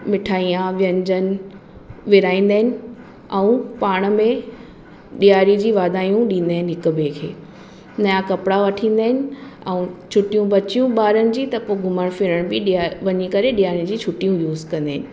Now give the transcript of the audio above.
मिठाइयां व्यंजन विरहाईंदा आहिनि ऐं पाण में ॾियारी जी वाधायूं ॾींदा आहिनि हिकु ॿिए खे नया कपिड़ा वठी ईंदा आहिनि ऐं छुटियूं बचियूं ॿारनि जी त घुमणु फिरणु बि ॾिया वञी करे ॾियारीयुनि जी छुटियूं युज़ कंदा आहिनि